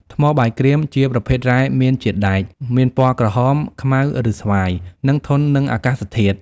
ថ្មបាយក្រៀម ជាប្រភេទរ៉ែមានជាតិដែក មានពណ៌ក្រហម ខ្មៅ ឬស្វាយ និងធន់នឹងអាកាសធាតុ។